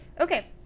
Okay